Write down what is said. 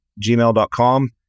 gmail.com